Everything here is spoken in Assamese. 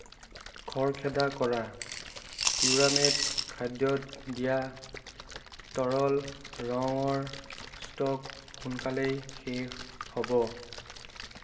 খৰখেদা কৰা পিউৰামেট খাদ্যত দিয়া তৰল ৰঙৰ ষ্টক সোনকালেই শেষ হ'ব